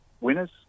winners